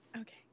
Okay